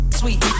sweet